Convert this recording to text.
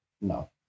No